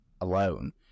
alone